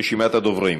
רשימת הדוברים: